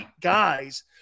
guys